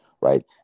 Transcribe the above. right